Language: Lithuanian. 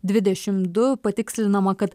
dvidešimt du patikslinama kad